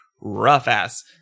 rough-ass